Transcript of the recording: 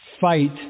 fight